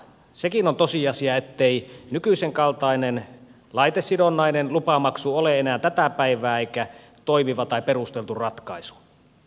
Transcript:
sekin on tosiasia ettei nykyisen kaltainen laitesidonnainen lupamaksu ole enää tätä päivää eikä toimiva tai perusteltu ratkaisu